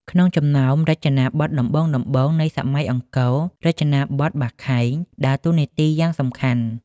ក្នុងចំណោមរចនាបថដំបូងៗនៃសម័យអង្គរ រចនាបថ បាខែង ដើរតួនាទីយ៉ាងសំខាន់។